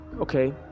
okay